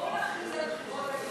היושב-ראש,